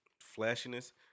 flashiness